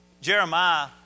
Jeremiah